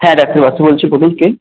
হ্যাঁ ডাক্তার বসু বলছি বলুন কে